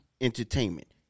entertainment